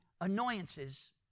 annoyances